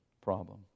problem